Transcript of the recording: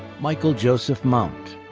michael joseph mount.